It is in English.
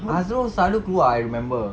azrul selalu keluar I remember